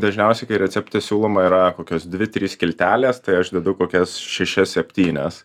dažniausiai kai recepte siūloma yra kokios dvi trys skiltelės tai aš dedu kokias šešias septynias